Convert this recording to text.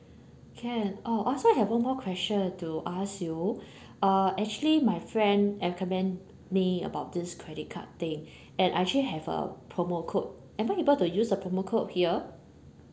can oh I also have one more question to ask you uh actually my friend recommend me about this credit card they and I actually have a promo code am I able to use the promo code here